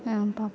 பார்ப்போம்